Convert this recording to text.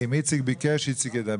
אם איציק ביקש איציק ידבר.